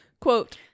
Quote